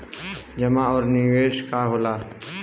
जमा और निवेश का होला?